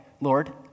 Lord